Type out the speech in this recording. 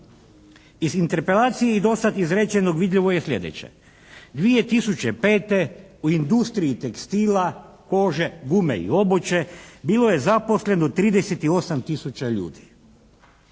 Iz interpelacije i dosad izrečenog vidljivo je sljedeće. 2005. u industriji tekstila, kože, gume i obuće bilo je zaposleno 38 tisuća ljudi.